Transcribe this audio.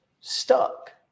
stuck